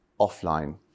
offline